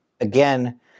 again